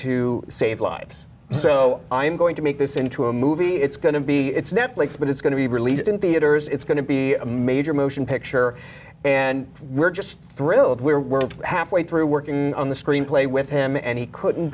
to save lives so i'm going to make this into a movie it's going to be it's netflix but it's going to be released in theaters it's going to be a major motion picture and we're just thrilled we're we're halfway through working on the screenplay with him and he couldn't